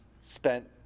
spent